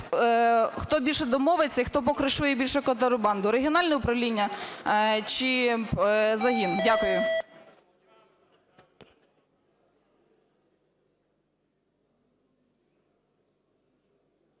хто більше домовиться і хто "покришує" більше контрабанду, регіональне управління чи загін. Дякую.